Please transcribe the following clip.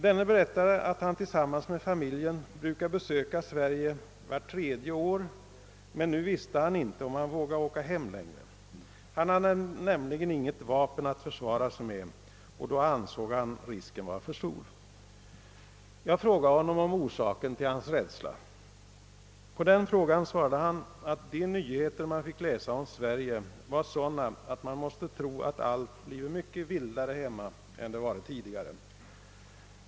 Denne berättade att han tillsammans med familjen brukade besöka Sverige vart tredje år, men nu visste han inte om han vågade resa hem längre. Han hade nämligen inget vapen att försvara sig med, och då ansåg han risken vara alltför stor. Jag frågade honom om orsaken till hans rädsla. På den frågan svarade han, att de nyheter man fick läsa om Sverige var sådana, att man måste få den uppfattningen att allt blivit mycket vildare här hemma än det var tidigare.